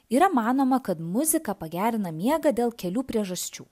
yra manoma kad muzika pagerina miegą dėl kelių priežasčių